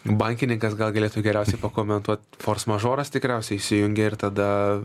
bankininkas gal galėtų geriausiai pakomentuot fors mažoras tikriausiai įsijungia ir tada